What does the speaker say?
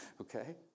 okay